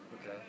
okay